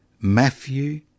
Matthew